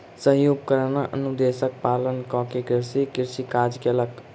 सही उपकरण अनुदेशक पालन कअ के कृषक कृषि काज कयलक